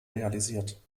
realisiert